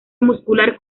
muscular